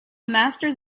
masters